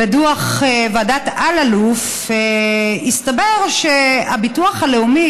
בדוח ועדת אלאלוף הסתבר שהביטוח הלאומי,